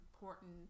important